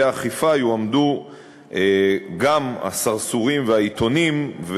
האכיפה יועמדו גם הסרסורים והעיתונים,